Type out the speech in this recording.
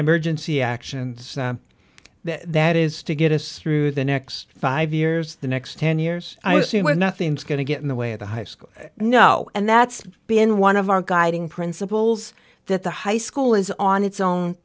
emergency actions that is to get us through the next five years the next ten years i assume when nothing's going to get in the way of the high school no and that's been one of our guiding principles that the high school is on its own